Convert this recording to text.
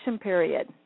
period